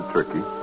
Turkey